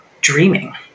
dreaming